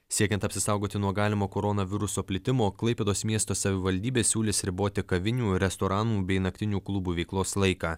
siekiant apsisaugoti nuo galimo koronaviruso plitimo klaipėdos miesto savivaldybė siūlys riboti kavinių restoranų bei naktinių klubų veiklos laiką